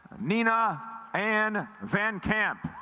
nina and vancamp